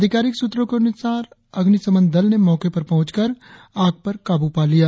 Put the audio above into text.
अधिकारिक सूत्रों के अनुसार अग्निशमन दल ने मौके पर पहुंचकर आग पर काबू पा लिया